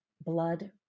blood